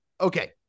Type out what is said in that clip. Okay